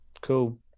Cool